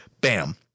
bam